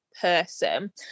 person